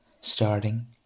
starting